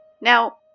Now